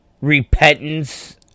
Repentance